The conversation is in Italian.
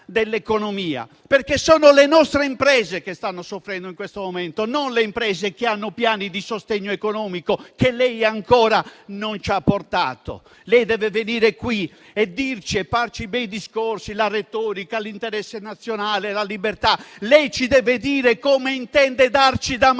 perché sono le nostre imprese che stanno soffrendo in questo momento, non quelle che hanno piani di sostegno economico che lei ancora non ci ha portato. Lei deve venire qui non a farci bei discorsi, con la retorica dell'interesse nazionale e della libertà: lei deve dirci come intende darci da mangiare,